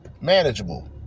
manageable